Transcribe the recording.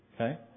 okay